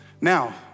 Now